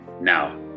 Now